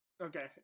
okay